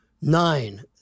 nine